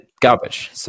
garbage